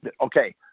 Okay